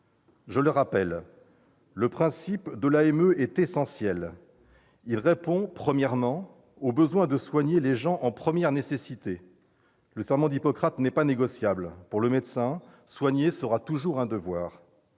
Je le rappelle, le principe de l'AME est essentiel. Premièrement, il répond au besoin de soigner les gens en première nécessité. Le serment d'Hippocrate n'est pas négociable : pour le médecin, soigner sera toujours un devoir.